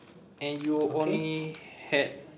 and you only had